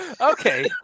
Okay